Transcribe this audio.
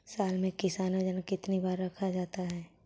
साल में किसान योजना कितनी बार रखा जाता है?